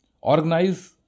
Organize